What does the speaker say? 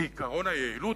כי עקרון היעילות,